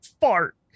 fart